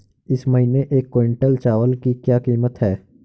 इस महीने एक क्विंटल चावल की क्या कीमत है?